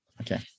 Okay